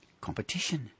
Competition